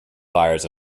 fires